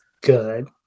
good